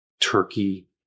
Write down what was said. Turkey